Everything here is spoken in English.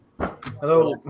hello